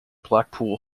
blackpool